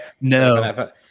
No